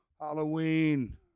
Halloween